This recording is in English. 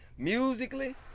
Musically